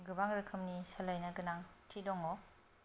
गोबां रोखोमनि सोलायनो गोनांथि दङ